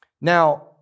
Now